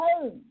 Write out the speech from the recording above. home